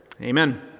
Amen